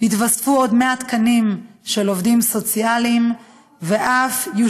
יתווספו עוד 100 תקנים של עובדים סוציאליים ויושקעו